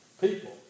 people